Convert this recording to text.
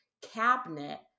cabinet